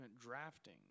drafting